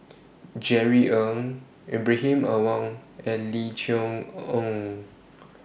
Jerry Ng Ibrahim Awang and Lim Chee Onn